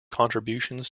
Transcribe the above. contributions